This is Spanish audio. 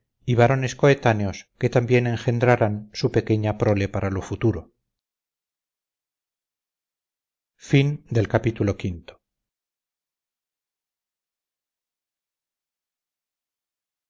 y varones coetáneos que también engendrarán su pequeña prole para lo futuro